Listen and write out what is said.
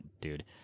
dude